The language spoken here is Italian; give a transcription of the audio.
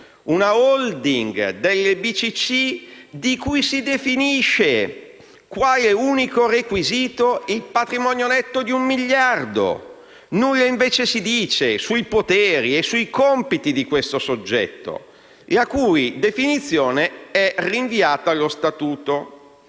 di credito cooperativo di cui si definisce, quale unico requisito, il patrimonio netto di un miliardo e nulla, invece, si dice sui poteri e sui compiti di questo soggetto, la cui definizione è rinviata allo statuto.